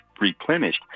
replenished